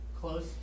Close